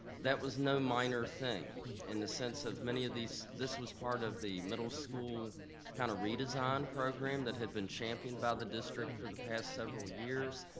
that was no minor thing in the sense of many of these, this was part of the middle school kind of redesign program that had been championed by the district for the past several years.